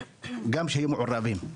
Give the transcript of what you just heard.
גם שיהיו מעורבים.